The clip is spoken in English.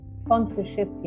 sponsorship